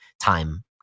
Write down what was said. time